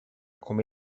come